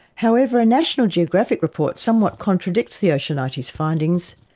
however, a national geographic report somewhat contradicts the oceanites findings,